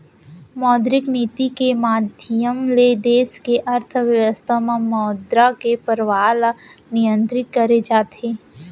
मौद्रिक नीति के माधियम ले देस के अर्थबेवस्था म मुद्रा के परवाह ल नियंतरित करे जाथे